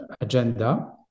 agenda